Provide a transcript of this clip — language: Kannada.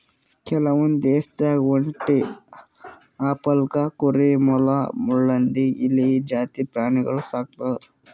ಕೆಲವೊಂದ್ ದೇಶದಾಗ್ ಒಂಟಿ, ಅಲ್ಪಕಾ ಕುರಿ, ಮೊಲ, ಮುಳ್ಳುಹಂದಿ, ಇಲಿ ಜಾತಿದ್ ಪ್ರಾಣಿಗೊಳ್ ಸಾಕ್ತರ್